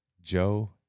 Joe